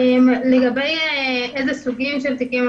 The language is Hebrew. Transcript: לגבי הנושאים הפליליים,